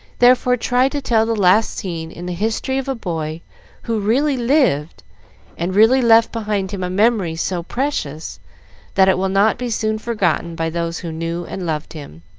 therefore try to tell the last scene in the history of a boy who really lived and really left behind him a memory so precious that it will not be soon forgotten by those who knew and loved him.